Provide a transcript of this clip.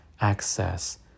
access